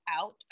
out